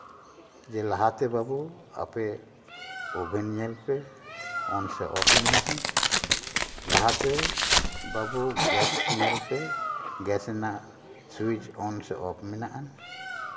ᱞᱟᱦᱟᱛᱮ ᱵᱟᱹᱵᱩ ᱟᱯᱮ ᱳᱵᱷᱮᱱ ᱧᱮᱞ ᱯᱮ ᱚᱱ ᱥᱮ ᱚᱯᱷ ᱢᱮᱱᱟᱜᱼᱟ ᱞᱟᱦᱟᱛᱮ ᱵᱟᱹᱵᱩ ᱜᱮᱥ ᱧᱮᱞ ᱯᱮ ᱜᱮᱥ ᱨᱮᱱᱟᱜ ᱥᱩᱭᱤᱪ ᱚᱱ ᱥᱮ ᱚᱯᱷ ᱢᱮᱱᱟᱜᱼᱟ